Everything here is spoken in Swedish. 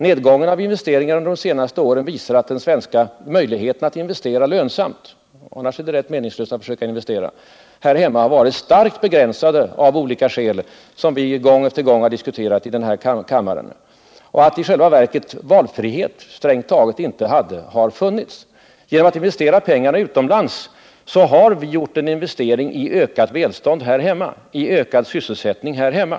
Nedgången av investeringarna de senaste åren visar att möjligheten att investera lönsamt — annars är det rätt meningslöst att investera — här hemma har varit starkt begränsad av olika skäl som vi gång efter annan har diskuterat här i kammaren och att valfrihet strängt taget inte har funnits. Genom att investera pengarna utomlands har vi faktiskt satsat på ökat välstånd och ökad sysselsättning här hemma.